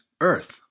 earth